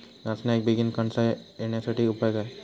नाचण्याक बेगीन कणसा येण्यासाठी उपाय काय?